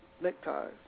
neckties